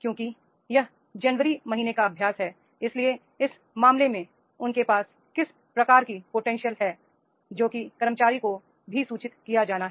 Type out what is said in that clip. क्योंकि यह जनवरी महीने का अभ्यास है इसलिए इस मामले में उनके पास किस प्रकार की पोटेंशियल है जो कि कर्मचारी को भी सूचित किया जाना है